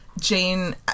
Jane